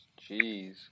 Jeez